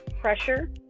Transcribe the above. pressure